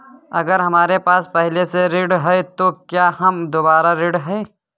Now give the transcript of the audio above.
अगर हमारे पास पहले से ऋण है तो क्या हम दोबारा ऋण हैं?